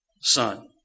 son